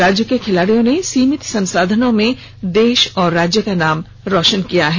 राज्य के खिलाड़ियों ने सीमित संसाधनों में देश और राज्य का नाम रोशन किया है